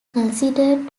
considered